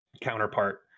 counterpart